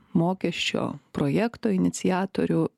mokesčio projekto iniciatorių